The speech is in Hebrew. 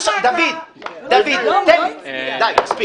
עכשיו כשמקריאים צריכים דיון.